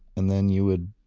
and then you would,